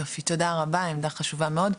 יופי, תודה רבה, עמדה חשובה מאוד.